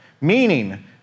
Meaning